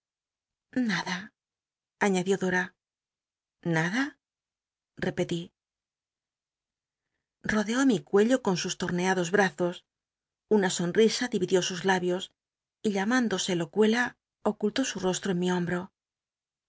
nada añadió dora nada repeli n odcó mi cuello con sus torneados brazos nna sonrisa diridió sus labios y llamándose locuela ocultó su rostro en mi hombro